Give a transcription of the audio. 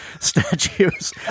statues